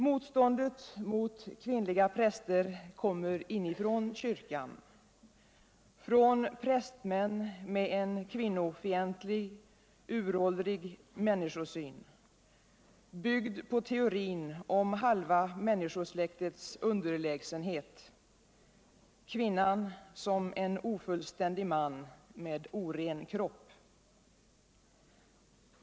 Motståndet mot kvinnliga präster kommer inifrån kyrkan, från prästmän med en kvinnofientlig, uråldrig människosyn, byggd på teorin om halva människosläktets underlägsenhet — kvinnan som en ofullständig man med oren kropp.